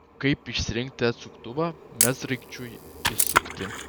kaip išsirinkti atsuktuvą medsraigčiui įsukti